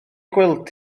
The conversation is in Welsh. gweld